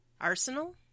arsenal